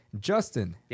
Justin